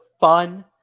fun